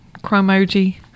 Chromoji